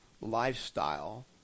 lifestyle